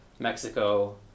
Mexico